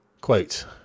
Quote